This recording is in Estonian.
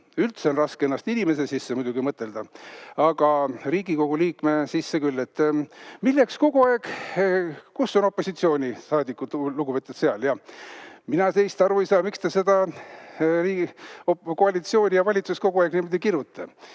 üldse on raske ennast inimese sisse mõtelda, aga Riigikogu liikme sisse küll –, milleks kogu aeg … Kus on lugupeetud opositsioonisaadikud? Seal, jaa. Mina teist aru ei saa, miks te seda koalitsiooni ja valitsust kogu aeg niimoodi